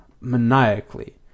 maniacally